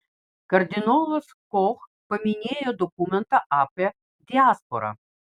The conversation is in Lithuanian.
kardinolas koch paminėjo dokumentą apie diasporą